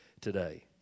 today